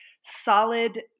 solid